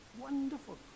Wonderful